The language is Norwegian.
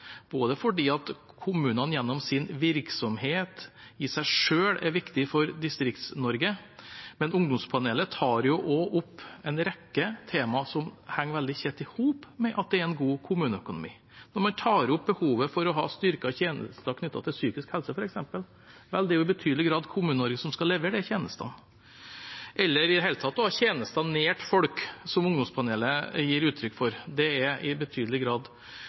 både fordi kommunene gjennom sin virksomhet i seg selv er viktig for Distrikts-Norge, og fordi ungdomspanelet tar opp en rekke temaer som henger veldig tett i hop med at det er en god kommuneøkonomi. Når man f.eks. tar opp behovet for styrkede tjenester knyttet til psykisk helse, er det i betydelig grad Kommune-Norge som skal levere de tjenestene. Eller i det hele tatt å ha tjenester nær folk, som ungdomspanelet gir uttrykk for – det er i betydelig grad